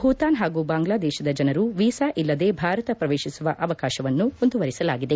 ಭೂತಾನ್ ಹಾಗೂ ಬಾಂಗ್ಲಾದೇಶದ ಜನರು ವೀಸಾ ಇಲ್ಲದೆ ಭಾರತ ಪ್ರವೇಶಿಸುವ ಅವಕಾಶವನ್ನು ಮುಂದುವರಿಸಲಾಗಿದೆ